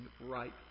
right